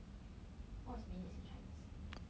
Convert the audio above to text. what's minutes in chinese